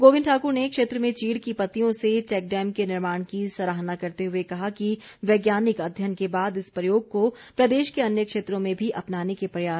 गोविंद ठाकुर ने क्षेत्र में चीड़ की पत्तियों से चैकडैम के निर्माण की सराहना करते हुए कहा कि वैज्ञानिक अध्ययन के बाद इस प्रयोग को प्रदेश के अन्य क्षेत्रों में भी अपनाने के प्रयास किए जाएंगे